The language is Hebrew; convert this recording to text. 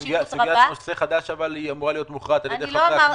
סוגיית נושא חדש אמורה להיות מוכרעת על ידי חברי הכנסת.